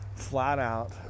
flat-out